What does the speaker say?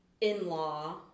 in-law